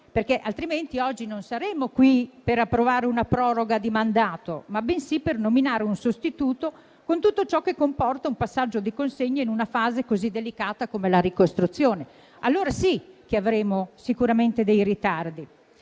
giusta, altrimenti oggi non saremmo qui per approvare una proroga di mandato, bensì per nominare un sostituto, con tutto ciò che comporta un passaggio di consegne in una fase così delicata come la ricostruzione, allora sì che avremmo sicuramente dei ritardi.